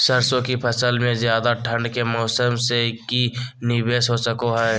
सरसों की फसल में ज्यादा ठंड के मौसम से की निवेस हो सको हय?